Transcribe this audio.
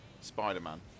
Spider-Man